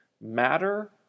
matter